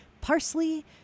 parsley